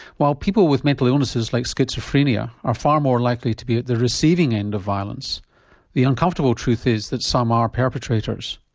while people with mental illnesses like schizophrenia are far more likely to be at the receiving end of violence the uncomfortable truth is that some are perpetrators.